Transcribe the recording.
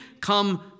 Come